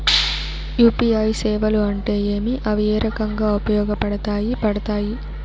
UPI సేవలు అంటే ఏమి, అవి ఏ రకంగా ఉపయోగపడతాయి పడతాయి?